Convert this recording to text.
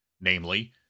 namely